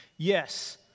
Yes